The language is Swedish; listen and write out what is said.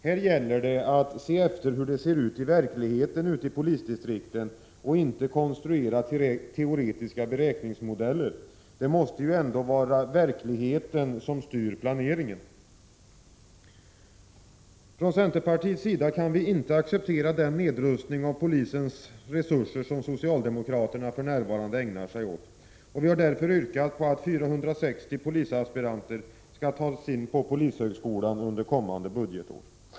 Här gäller det att se hur det ser ut i verkligheten ute i polisdistrikten och inte konstruera teoretiska beräkningsmodeller. Det måste ju ändå vara verkligheten som styr planeringen. Från centerpartiets sida kan vi inte acceptera den nedrustning av polisens resurser som socialdemokraterna för närvarande ägnar sig åt. Vi har därför yrkat på att 460 polisaspiranter skall tas in på polishögskolan under kommande budgetår.